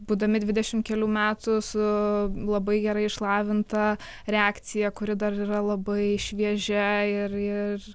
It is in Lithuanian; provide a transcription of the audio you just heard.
būdami dvidešimt kelių metų su labai gerai išlavinta reakcija kuri dar yra labai šviežia ir ir